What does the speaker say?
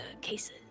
cases